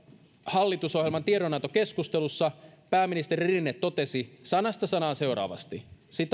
hallitusohjelman tiedonantokeskustelussa pääministeri rinne totesi sanasta sanaan seuraavasti